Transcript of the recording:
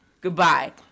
Goodbye